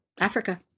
Africa